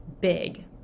big